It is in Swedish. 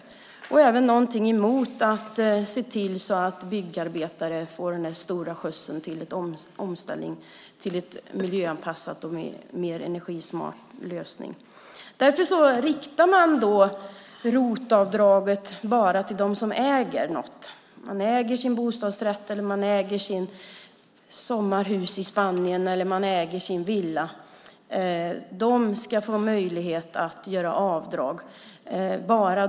Man har även något emot att se till att byggandet får en rejäl skjuts mot en miljöanpassad och mer energismart lösning. Därför riktar man ROT-avdraget bara till dem som äger - till exempel en bostadsrätt, ett sommarhus i Spanien eller en villa. Bara de som redan äger ska få möjlighet att göra avdrag.